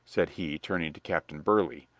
said he, turning to captain burley,